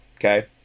Okay